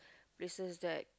places that